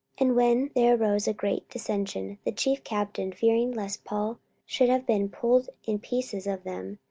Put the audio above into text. and when there arose a great dissension, the chief captain, fearing lest paul should have been pulled in pieces of them,